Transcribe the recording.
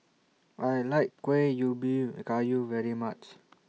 I like Kueh Ubi Kayu very much